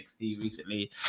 recently